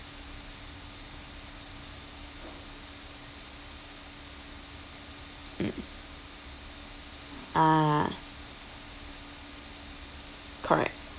mm ah correct